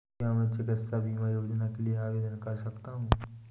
क्या मैं चिकित्सा बीमा योजना के लिए आवेदन कर सकता हूँ?